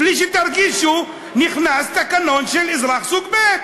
בלי שתרגישו נכנס תקנון של אזרח סוג ב',